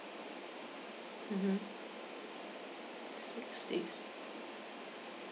mmhmm six days